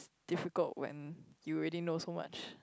difficult when you already know so much